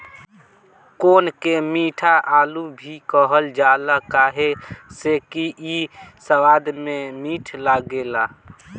कोन के मीठा आलू भी कहल जाला काहे से कि इ स्वाद में मीठ लागेला